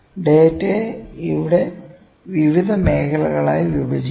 ഡാറ്റയെ ഇവിടെ വിവിധ മേഖലകളായി വിഭജിക്കാം